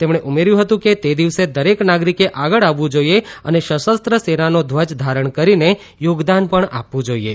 તેમણે ઉમેર્યું હતું કે તે દિવસે દરેક નાગરીકે આગળ આવવું જોઇએ અને સશસ્ત્ર સેનાનો ધ્વજ ધારણ કરીને યોગદાન પણ આપવું જોઇએ